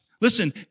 Listen